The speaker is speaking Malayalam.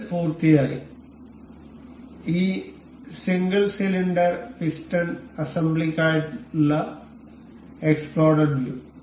ഇത് പൂർത്തിയായി ഈ സിംഗിൾ സിലിണ്ടർ പിസ്റ്റൺ അസംബ്ലിക്കായുള്ള എക്സ്പ്ലോഡഡ് വ്യൂ